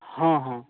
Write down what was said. हँ हँ